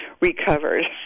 recovered